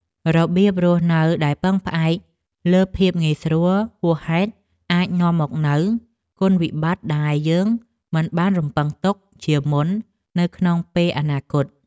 របៀបរស់នៅដែលពឹងផ្អែកលើភាពងាយស្រួលហួសហេតុអាចនឹងនាំមកនូវគុណវិបត្តិដែលយើងមិនបានរំពឺងទុកជាមុននៅក្នុងពេលអនាគត។